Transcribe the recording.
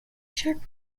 shark